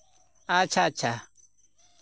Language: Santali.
ᱟᱪᱪᱷᱟ ᱟᱪᱪᱷᱟ